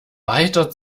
weiter